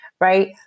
right